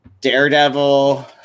daredevil